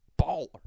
baller